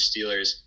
Steelers